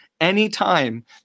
anytime